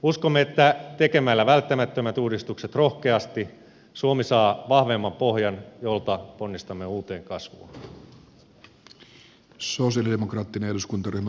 uskomme että tekemällä välttämättömät uudistukset rohkeasti suomi saa vahvemman pohjan jolta ponnistamme uuteen kasvuun